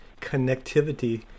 connectivity